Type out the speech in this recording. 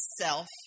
self